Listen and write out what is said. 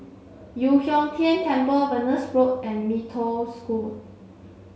Yu Huang Tian Temple Venus Road and Mee Toh School